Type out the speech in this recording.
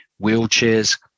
Wheelchairs